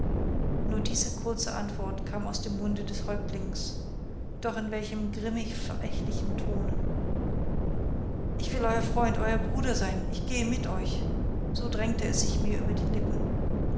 nur diese kurze antwort kam aus dem munde des häuptlings doch in welchem grimmig verächtlichen tone ich will euer freund euer bruder sein ich gehe mit euch so drängte es sich mir über die lippen